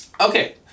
Okay